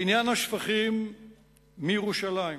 לעניין השפכים מירושלים: